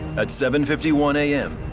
at seven fifty one am.